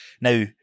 Now